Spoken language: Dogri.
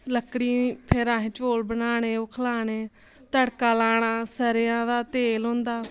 लक्कड़ियें फिर असें चौल बनाने ते ओह् खलाने तड़का लाना सरेआं दा तेल होंदा